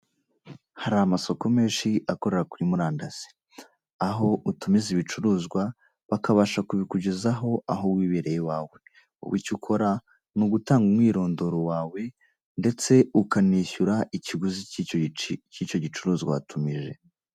Hari amasoko menshi akorera kuri murandasi. Aho utumiza ibicuruzwa bakabasha kubikugezaho aho wibereye iwawe. Wowe icyo ukora ni ugutanga umwirondoro wawe ndetse ukanishyura ikiguzi cy'icyo gicuruzwa watumije.